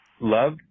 love